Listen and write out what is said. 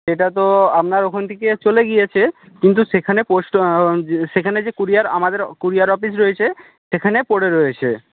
সেটা তো আপনার ওখান থেকে চলে গিয়েছে কিন্তু সেখানে পোস্ট সেখানে যে ক্যুরিয়ার আমাদের ক্যুরিয়ার অফিস রয়েছে সেখানে পড়ে রয়েছে